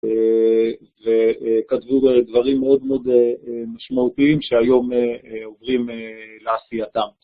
וכתבו דברים מאוד מאוד משמעותיים שהיום עוברים לעשייתם.